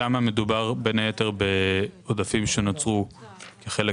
שם מדובר בין היתר בעודפים שנוצרו כחלק